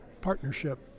partnership